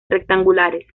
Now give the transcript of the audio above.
rectangulares